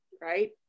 right